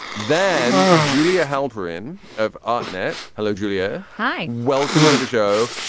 then julia halperin of alternet hello julia. hi. welcome to the show.